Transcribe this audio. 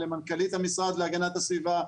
למנכ"לית המשרד להגנת הסביבה,